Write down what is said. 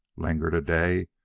lingered a day,